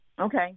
Okay